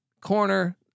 corner